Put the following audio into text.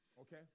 okay